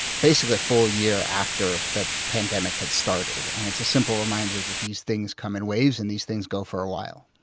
basically a full year after the pandemic had started. and it's a simple reminder that these things come in waves and these things go for a while